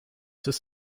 his